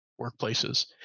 workplaces